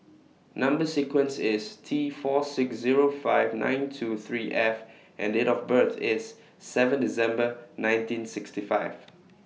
Number sequence IS T four six Zero five nine two three F and Date of birth IS seven December nineteen sixty five